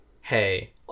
Hey